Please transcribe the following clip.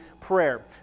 prayer